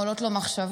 עולות לו מחשבות,